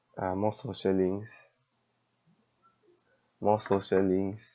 uh more social links more social links